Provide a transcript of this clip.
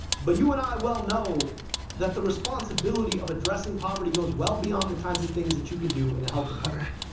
but you and i well know that the responsibility of addressing poverty goes well beyond the kinds of things that you can do in the health department.